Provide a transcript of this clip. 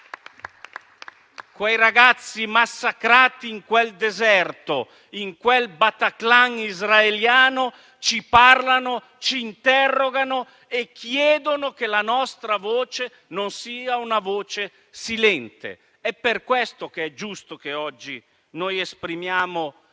Quei ragazzi massacrati in quel deserto, in quel Bataclan israeliano, ci parlano, ci interrogano e chiedono che la nostra voce non sia silente. Per questo è giusto che oggi noi esprimiamo una nostra